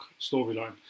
storyline